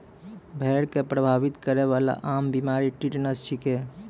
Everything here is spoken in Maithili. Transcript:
भेड़ क प्रभावित करै वाला आम बीमारी टिटनस छिकै